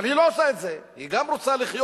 אבל היא לא עושה את זה, היא רוצה לחיות